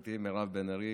חברתי מירב בן ארי,